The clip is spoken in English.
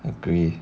agree